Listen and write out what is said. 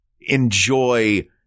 enjoy